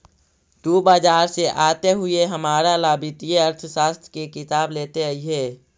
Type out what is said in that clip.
तु बाजार से आते हुए हमारा ला वित्तीय अर्थशास्त्र की किताब लेते अइहे